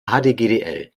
hdgdl